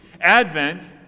Advent